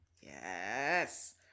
Yes